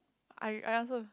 I I answer